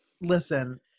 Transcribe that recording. listen